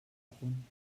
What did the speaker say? punt